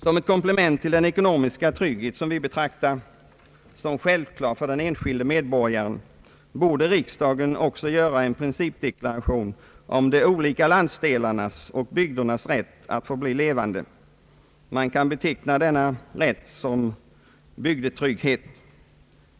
Som ett komplement till den ekonomiska trygghet som vi betraktar som självklar för den enskilda medborgaren borde riksdagen också göra en principdeklaration om de olika landsdelarnas och bygdernas rätt att få förbli 1evande. Man kan beteckna denna rätt som bygdetrygghet.